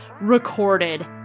recorded